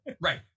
right